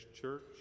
church